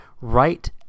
right